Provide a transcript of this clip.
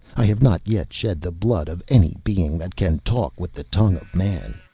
i have not yet shed the blood of any being that can talk with the tongue of man.